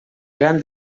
gran